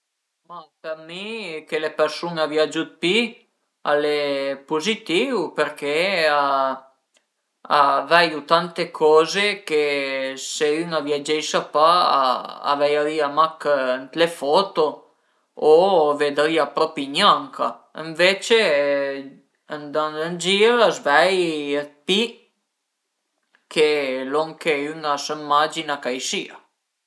Ma për mi che le persun-e a viagiu d'pi al e puzitìu perché a veiu tante coze che se ün a viageisa pa a veirìa mach ën le foto o vedrìa propi gnanca, ënvece andand ën gir a s'vei pi dë lon che ün a imagina ch'a i sia